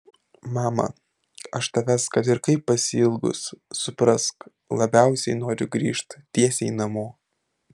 mama aš tavęs kad ir kaip pasiilgus suprask labiausiai noriu grįžt tiesiai namo